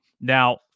Now